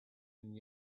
and